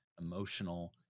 emotional